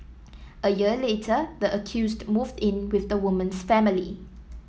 a year later the accused moved in with the woman's family